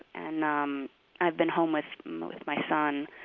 and um i've been home with my with my son,